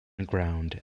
ground